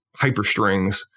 hyperstrings